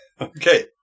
Okay